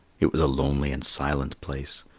it was a lonely and silent place,